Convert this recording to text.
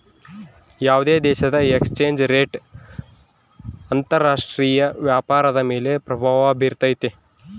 ಯಾವುದೇ ದೇಶದ exchange rate ಅಂತರ ರಾಷ್ಟ್ರೀಯ ವ್ಯಾಪಾರದ ಮೇಲೆ ಪ್ರಭಾವ ಬಿರ್ತೈತೆ